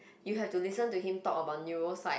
you have to listen to him talk about neuro psych